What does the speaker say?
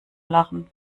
lachen